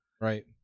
right